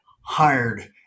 hired